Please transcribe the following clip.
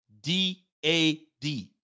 D-A-D